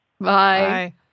Bye